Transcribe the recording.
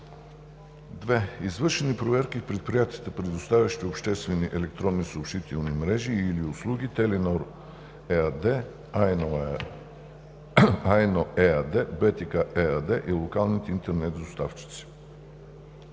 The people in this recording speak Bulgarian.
Извършени проверки в предприятията, предоставящи обществени електронни съобщителни мрежи и/или услуги – „Теленор“ ЕАД, „А1“ ЕАД, „БТК“ ЕАД и локалните интернет доставчици.